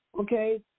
Okay